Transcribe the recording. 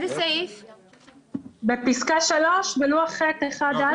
בפסקה (3), בלוח ח(1)(א).